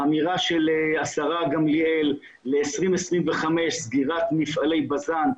האמירה של השרה גמליאל ל-2025 סגירת מפעלי בז"ן,